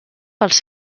pels